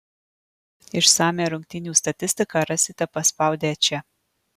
išsamią rungtynių statistiką rasite paspaudę čia